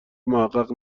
محقق